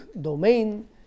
domain